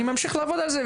אני ממשיך לעבוד על זה.